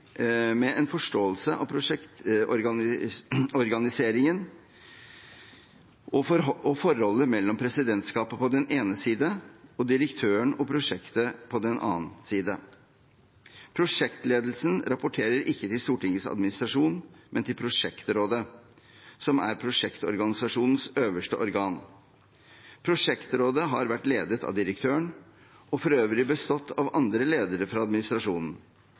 med en forståelse av prosjektorganiseringen og forholdet mellom presidentskapet på den ene side og direktøren og prosjektet på den annen side. Prosjektledelsen rapporterer ikke til Stortingets administrasjon, men til prosjektrådet, som er prosjektorganisasjonens øverste organ. Prosjektrådet har vært ledet av direktøren og har for øvrig bestått av andre ledere fra administrasjonen.